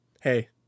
Hey